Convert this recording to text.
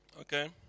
Okay